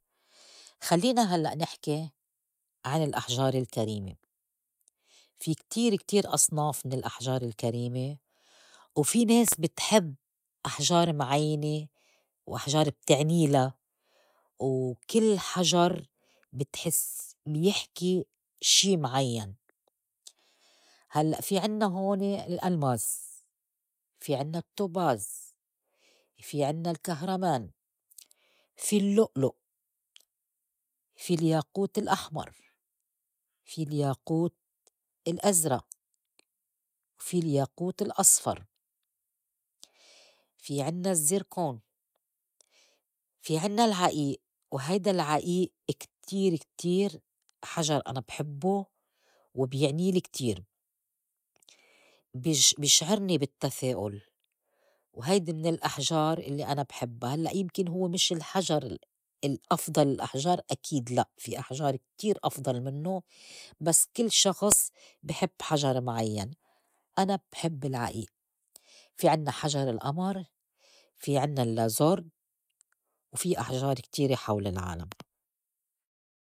خلّينا هلّأ نحكي عن الأحجار الكريمة. في كتير كتير أصناف من الأحجار الكريمة وفي ناس بتحب أحجار معيْنة وأحجار بتعنيلا، وكل حجر بتحس بيحكي شي معيّن. هلّئ في عنّا هون الألماس، في عنّا التوباز، في عنّا الكهرمان، في اللّؤلؤ، في الياقوت الأحمر، في الياقوت الأزرق، وفي الياقوت الأصفر، في عنّا الزركون، في عنّا العئيئ، وهيدا العئيئ كتير كتير حجر أنا بحبّو وبيعنيلي كتير بيش- بيشعرني بالتّفاؤل و هيدي من الأحجار اللّي أنا بحبّا، هلّأ يمكن هو مش الحجر ال- الأفضل، الأحجار أكيد لأ في أحجار كتير أفضل منّو، بس كل شخص بي حب حجر معيّن أنا بحب العئيئ. في عنّا حجر القمر، في عنّا اللازورد، وفي أحجار كتيره حول العالم.